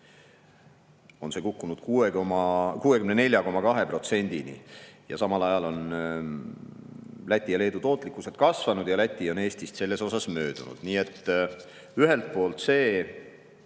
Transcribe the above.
on see kukkunud 64,2%‑ni. Samal ajal on Läti ja Leedu tootlikkus kasvanud ja Läti on Eestist selles osas möödunud. Nii et ühelt poolt on